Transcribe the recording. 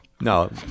No